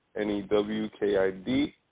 N-E-W-K-I-D